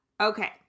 Okay